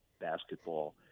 basketball